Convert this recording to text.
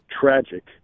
tragic